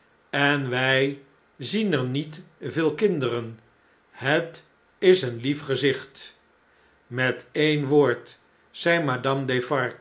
en wij zien er niet vele kinderen het is een lief gezicht met een woord zei